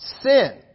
sin